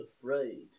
afraid